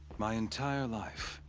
my entire life.